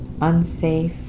unsafe